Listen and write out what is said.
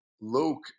Luke